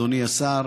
אדוני השר,